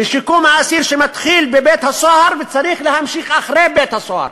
שמתחיל בבית-הסוהר וצריך להמשיך אחרי בית-הסוהר,